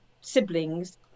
siblings